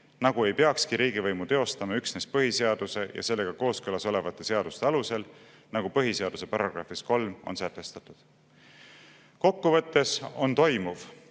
nagu ei peakski riigivõimu teostama üksnes põhiseaduse ja sellega kooskõlas olevate seaduste alusel, nagu põhiseaduse §‑s 3 on sätestatud. Kokkuvõttes on toimuv